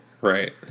right